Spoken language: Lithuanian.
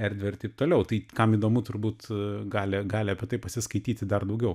erdvę ir taip toliau tai kam įdomu turbūt gali gali apie tai pasiskaityti dar daugiau